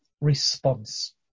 response